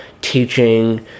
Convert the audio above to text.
teaching